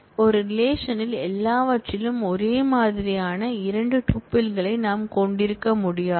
ஒரே ரிலேஷன்ல் எல்லாவற்றிலும் ஒரே மாதிரியான 2 டூப்பிள்களை நாம் கொண்டிருக்க முடியாது